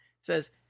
says